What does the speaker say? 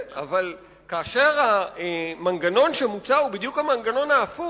אבל כאשר המנגנון המוצע הוא בדיוק המנגנון ההפוך,